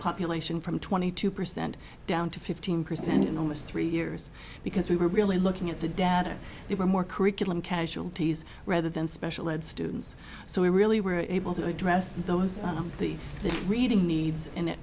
population from twenty two percent down to fifteen percent in almost three years because we were really looking at the data they were more curriculum casualties rather than special ed students so we really were able to address those on the reading